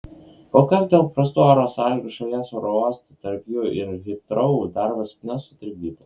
kol kas dėl prastų oro sąlygų šalies oro uostų tarp jų ir hitrou darbas nesutrikdytas